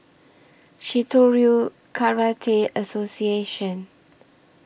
Shitoryu Karate Association